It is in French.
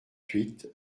huit